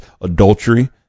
adultery